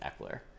Eckler